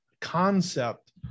concept